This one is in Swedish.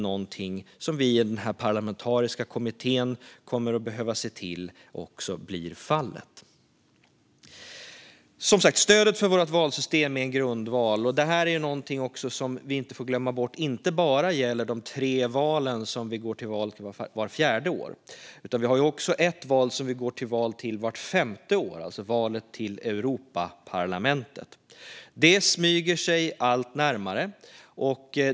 Vi i den parlamentariska kommittén kommer att behöva se till att så blir fallet. Stödet för vårt valsystem är som sagt en grundval. Vi får inte glömma bort att detta inte bara gäller de tre val som vi har vart fjärde år utan också det val som vi har vart femte år: valet till Europaparlamentet. Det smyger sig allt närmare.